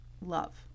love